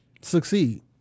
Succeed